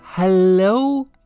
Hello